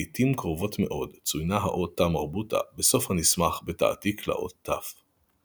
לעיתים קרובות מאוד צוינה האות תא מרבוטה בסוף הנסמך בתעתיק לאות ת.